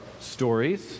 stories